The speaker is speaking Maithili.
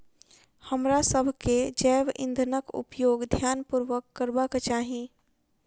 हमरासभ के जैव ईंधनक उपयोग ध्यान पूर्वक करबाक चाही